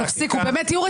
תפסיקו, באמת, תהיו רציניים.